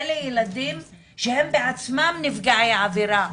אלה ילדים שהם בעצמם נפגעי עבירה.